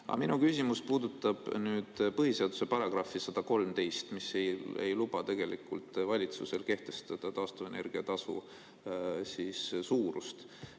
minu küsimus puudutab põhiseaduse § 113, mis ei luba tegelikult valitsusel kehtestada taastuvenergia tasu suurust.